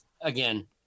Again